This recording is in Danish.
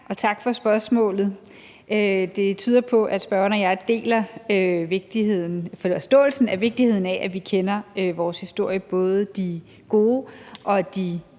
og tak for spørgsmålet. Det tyder på, at spørgeren og jeg deler forståelsen af vigtigheden af, at vi kender vores historie, både de gode og de